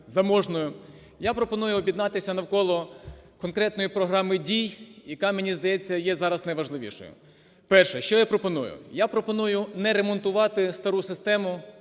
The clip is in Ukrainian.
Я пропоную об'єднатися навколо конкретної програми дій, яка, мені здається, є зараз найважливішою. Перше. Що я пропоную? Я пропоную не ремонтувати стару систему